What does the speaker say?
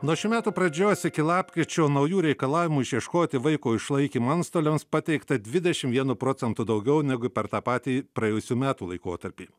nuo šių metų pradžios iki lapkričio naujų reikalavimų išieškoti vaiko išlaikymą antstoliams pateikta dvidešim vienu procentu daugiau negu per tą patį praėjusių metų laikotarpį